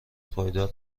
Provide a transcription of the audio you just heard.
پایدار